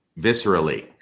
viscerally